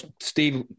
Steve